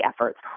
efforts